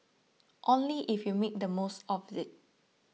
only if you make the most of it